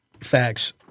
Facts